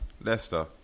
Leicester